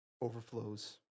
overflows